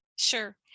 Sure